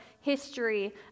history